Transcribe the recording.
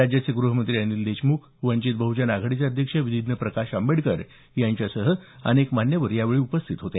राज्याचे ग्रहमंत्री अनिल देशमुख वंचित बह्जन आघाडीचे अध्यक्ष विधीज्ञ प्रकाश आंबेडकर यांच्यासह अनेक मान्यवर यावेळी उपस्थित होते